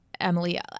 Emily